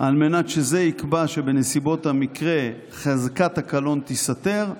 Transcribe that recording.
על מנת שזה יקבע שבנסיבות המקרה חזקת הקלון תיסתר,